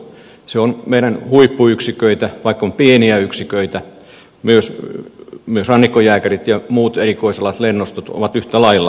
se on meidän huippuyksiköitämme vaikka on pieni yksikkö myös rannikkojääkärit ja muut erikoisalat lennostot ovat yhtä lailla